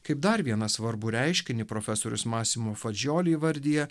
kaip dar vieną svarbų reiškinį profesorius masimo fadžioli įvardija